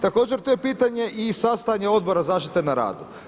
Također tu je pitanje i sastajanje Odbora zaštite na radu.